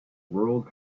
world